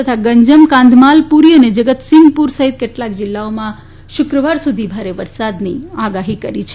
તથા ગંજમ કાંધામલ પુરી અને જગતસીંધપુર સહિત કેટલાક જિલ્લાઓમાં શુક્રવાર સુધી ભારે વરસાદની આગાહી કરી છે